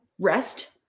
rest